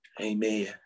amen